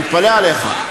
אני מתפלא עליך.